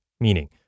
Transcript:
Meaning